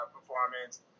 performance